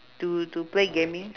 to to play gaming